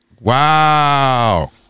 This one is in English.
wow